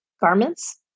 garments